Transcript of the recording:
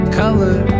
color